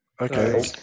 Okay